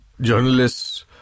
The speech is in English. journalists